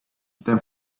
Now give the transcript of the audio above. than